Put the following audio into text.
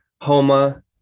Homa